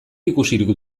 ikusirik